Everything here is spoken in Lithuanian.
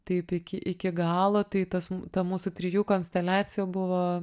taip iki iki galo tai tas ta mūsų trijų konsteliaciją buvo